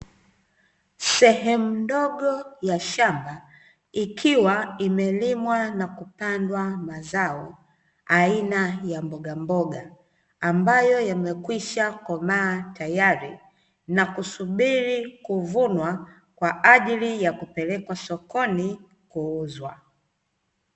Sehemu ndogo ya shamba ikiwa imelimwa na kupandwa mazao aina ya mbogamboga, ambayo yamekwisha komaa tayari na kusubiri kuvunwa kwa ajili ya kupelekwa sokoni kuuzwa.